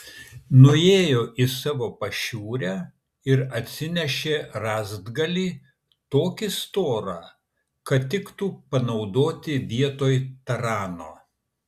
nuėjo į savo pašiūrę ir atsinešė rąstgalį tokį storą kad tiktų panaudoti vietoj tarano